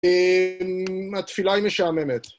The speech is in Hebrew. התפילה היא משעממת.